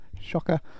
shocker